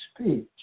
speech